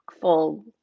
full